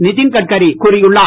நிதன் கட்காரி கூறியுள்ளார்